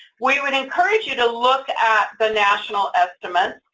we would encourage you to look at the national estimates.